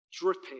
Dripping